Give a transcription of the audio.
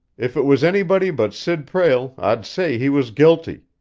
if it was anybody but sid prale, i'd say he was guilty.